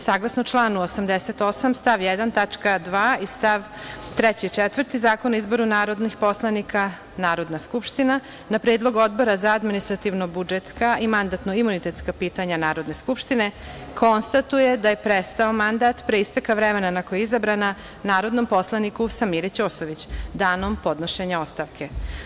Saglasno članu 88. stav 1. tačka 2. i stav 3. i 4. Zakona o izboru narodnih poslanika, Narodna skupština na Predlog Odbora za administrativno budžetska i mandatno imunitetska pitanja Narodne skupštine konstatuje da je prestao mandat pre isteka vremena na koji je izabrana, narodnom poslaniku Samiri Ćosović danom podnošenja ostavke.